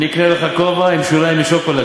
אני אקנה לך כובע עם שוליים משוקולד,